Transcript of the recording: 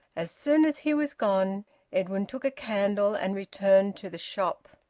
as soon as he was gone edwin took a candle and returned to the shop.